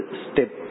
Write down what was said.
step